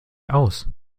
aus